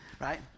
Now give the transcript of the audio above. Right